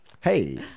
Hey